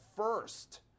first